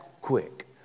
quick